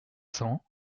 cents